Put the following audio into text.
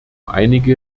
einige